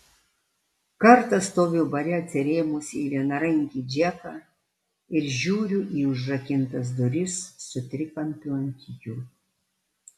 kartą stoviu bare atsirėmus į vienarankį džeką ir žiūriu į užrakintas duris su trikampiu ant jų